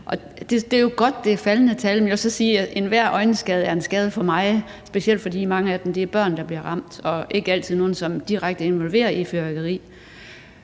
og det er jo godt, at der er faldende tal. Men jeg vil så sige, at enhver øjenskade er en skade for meget, specielt fordi det, hvad angår mange af dem, er børn, der bliver ramt, og ikke altid nogle, som direkte er involveret i fyrværkeri.